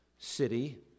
city